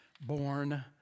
born